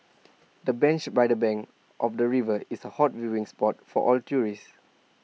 the bench by the bank of the river is A hot viewing spot for all tourists